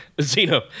Zeno